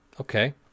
okay